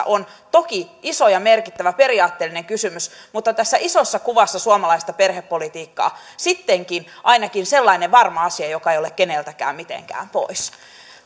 on toki se on iso ja merkittävä periaatteellinen kysymys mutta tässä isossa kuvassa suomalaista perhepolitiikkaa sittenkin ainakin sellainen varma asia joka ei ole keneltäkään mitenkään pois